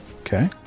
Okay